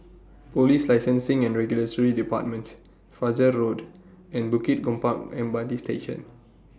Police Licensing and Regulatory department Fajar Road and Bukit Gombak M R T Station